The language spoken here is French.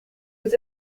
peut